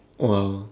!wow!